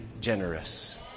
generous